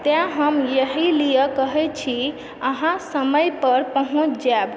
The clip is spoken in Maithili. तेँ हम यही लिए कहै छी अहाँ समयपर पहुँच जायब